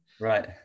Right